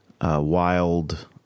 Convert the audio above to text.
wild